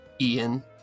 Ian